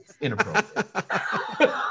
Inappropriate